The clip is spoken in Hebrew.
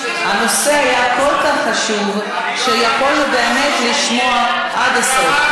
הנושא היה כל כך חשוב שיכולנו באמת לשמוע עד הסוף.